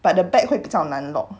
but the back 会比较难弄